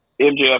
MJF